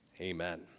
Amen